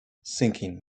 sinking